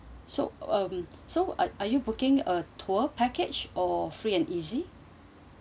so um so are are you booking a tour package or free and easy